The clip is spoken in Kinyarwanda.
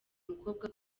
umukobwa